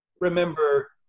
remember